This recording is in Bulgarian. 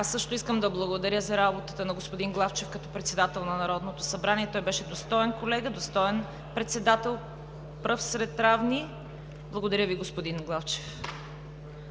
Аз също искам да благодаря за работата на господин Главчев като председател на Народното събрание. Той беше достоен колега, достоен председател, пръв сред равни. Благодаря Ви, господин Главчев.